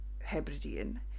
Hebridean